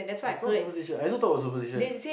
it's not superstitious I also thought was superstition